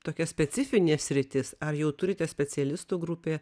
tokia specifinė sritis ar jau turite specialistų grupė